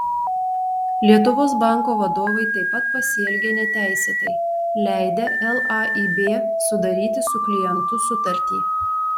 lietuvos banko vadovai taip pat pasielgė neteisėtai leidę laib sudaryti su klientu sutartį